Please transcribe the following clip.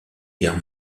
guerre